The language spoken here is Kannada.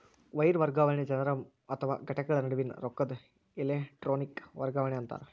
ವೈರ್ ವರ್ಗಾವಣೆ ಜನರ ಅಥವಾ ಘಟಕಗಳ ನಡುವಿನ್ ರೊಕ್ಕದ್ ಎಲೆಟ್ರೋನಿಕ್ ವರ್ಗಾವಣಿ ಅಂತಾರ